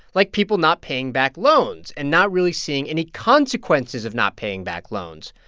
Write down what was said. like people not paying back loans and not really seeing any consequences of not paying back loans.